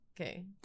Okay